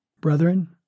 Brethren